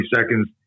seconds